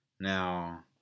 Now